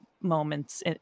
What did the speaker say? moments